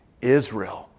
Israel